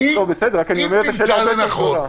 אם תמצאו לנכון,